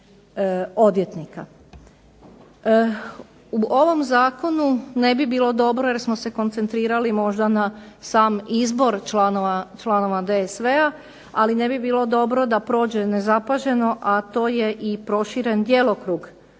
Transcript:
U ovom zakonu ne bi bilo dobro jer smo se koncentrirali možda na sam izbor članova DSV-a ali ne bi bilo dobro da ne prođe nezapaženo, a to je i proširen djelokrug